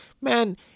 Man